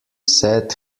said